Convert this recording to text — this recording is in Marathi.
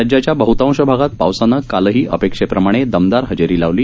राज्याच्या बहतांश भागात पावसानं कालही अपेक्षेप्रमाणे दमदार हजेरी लावली